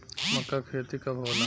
मक्का के खेती कब होला?